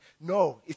No